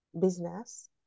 business